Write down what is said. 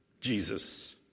Jesus